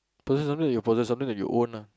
possess something you possess something that you own ah